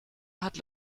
hat